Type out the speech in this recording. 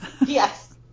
Yes